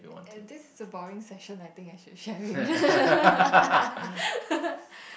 and this is a boring session I think I should share it